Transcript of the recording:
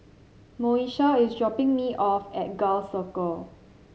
Moesha is dropping me off at Gul Circle